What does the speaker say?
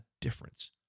difference